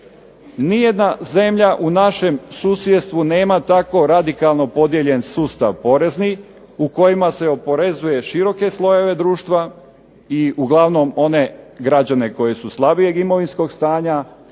Nijedna zemlja u našem susjedstvu nema tako radikalno podijeljen sustav porezni u kojima se oporezuje široke slojeve društva i uglavnom one građane koji su slabijeg imovinskog stanja,